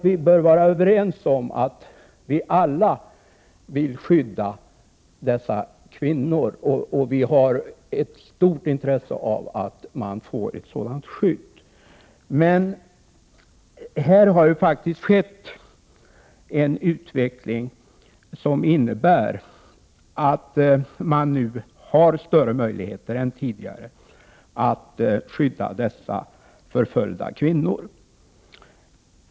Vi torde vara överens om att vi alla bör skydda dessa kvinnor och att det finns ett stort intresse för att de får skydd. Men här har faktiskt skett en utveckling, som innebär att man nu har större möjligheter än tidigare att skydda dessa förföljda kvinnor.